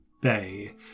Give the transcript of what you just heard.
bay